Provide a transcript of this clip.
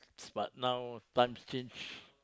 but now times change